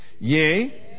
Yea